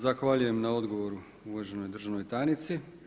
Zahvaljujem na odgovoru uvaženoj državnoj tajnici.